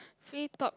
free talk